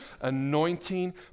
anointing